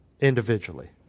individually